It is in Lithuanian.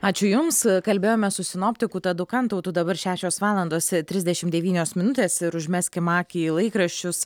ačiū jums kalbėjome su sinoptiku tadu kantautu dabar šešios valandos trisdešimt devynios minutės ir užmeskim akį į laikraščius